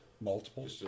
Multiple